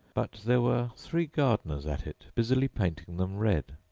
but there were three gardeners at it, busily painting them red.